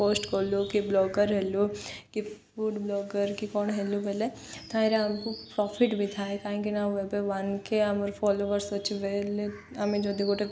post କଲୁ କି blogger ହେଲୁ କି ଫୁଡ଼ ବ୍ଲଗର୍ କି କ'ଣ ହେଲୁ ବୋଇଲେ ତାହିଁରେ ଆମକୁ ପ୍ରଫିଟ୍ ବି ଥାଏ କାହିଁକିନା ଆଉ ଏବେ ୱାନ୍ କେ ଆମର୍ ଫଲୋୱର୍ସ ଅଛି ବୋଲେ ଆମେ ଯଦି ଗୋଟେ